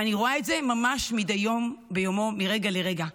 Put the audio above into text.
ואני רואה את זה ממש מדי יום ביומו, מרגע לרגע.